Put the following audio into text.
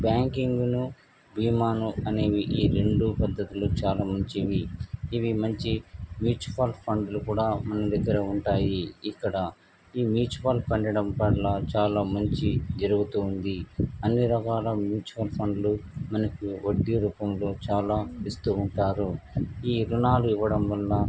బ్యాంకింగ్ను బీమాను అనేవి ఈ రెండు పద్ధతులు చాలా మంచివి ఇవి మంచి ముచ్యువల్ ఫండ్లు కూడా మన దగ్గర ఉంటాయి ఇక్కడ ఈ ముచ్యువల్ ఫండ్ల వల్ల చాలా మంచి జరుగుతుంది అన్ని రకాల ముచ్యువల్ ఫండ్లు మనకు వడ్డీ రూపంలో చాలా ఇస్తు ఉంటారు ఈ ఋణాలు ఇవ్వడం వల్ల